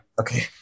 Okay